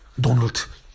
Donald